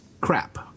crap